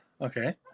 Okay